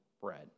bread